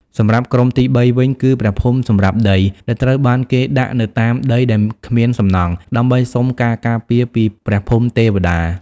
សម្រាប់ក្រុមទីបីវិញគឺ ព្រះភូមិសម្រាប់ដី ដែលត្រូវបានគេដាក់នៅតាមដីដែលគ្មានសំណង់ ដើម្បីសុំការការពារពីព្រះភូមិទេវតា។